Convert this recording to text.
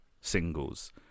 singles